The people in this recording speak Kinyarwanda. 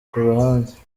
kuruhande